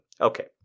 Okay